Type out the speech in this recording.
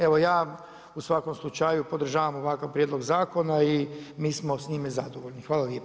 Evo ja u svakom slučaju podržavam ovakav prijedlog zakona i mi smo s njime zadovoljni.